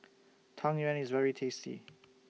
Tang Yuen IS very tasty